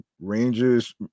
rangers